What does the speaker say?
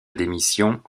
démission